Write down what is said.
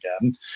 again